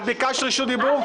את ביקשת רשות דיבור?